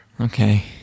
Okay